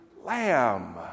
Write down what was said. lamb